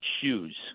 shoes